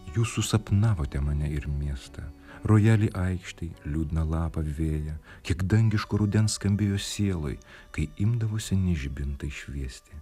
jūs susapnavote mane ir miestą rojalį aikštėj liūdną lapą vėją kiek dangiško rudens skambėjo sieloj kai imdavo seni žibintai šviesti